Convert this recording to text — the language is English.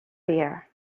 here